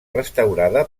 restaurada